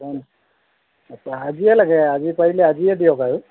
আচ্ছা আজিয়ে লাগে আজি পাৰিলে আজিয়ে দিয়ক আৰু